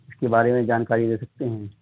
اس کے بارے میں جانکاری دے سکتے ہیں